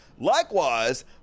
Likewise